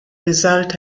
result